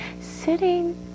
sitting